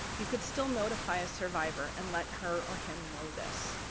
you could still notify a survivor and let her or him know this.